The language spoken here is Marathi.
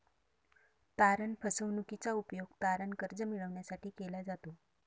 तारण फसवणूकीचा उपयोग तारण कर्ज मिळविण्यासाठी केला जातो